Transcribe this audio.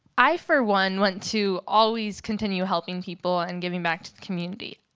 i for one want to always continue helping people and giving back to the community.